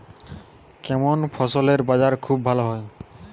কেমন ফসলের বাজার খুব ভালো হয়?